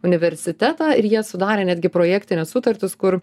universitetą ir jie sudarė netgi projektines sutartis kur